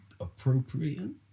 Appropriating